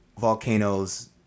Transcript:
volcanoes